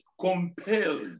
compelled